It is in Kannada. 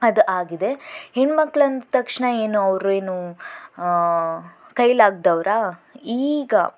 ಅದು ಆಗಿದೆ ಹೆಣ್ಣು ಮಕ್ಕಳು ಅಂದ ತಕ್ಷಣ ಏನು ಅವರು ಏನೂ ಕೈಲಾಗದವ್ರ ಈಗ